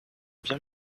bien